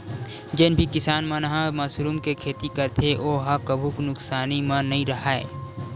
जेन भी किसान मन ह मसरूम के खेती करथे ओ ह कभू नुकसानी म नइ राहय